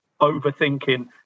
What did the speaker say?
overthinking